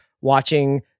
watching